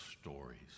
stories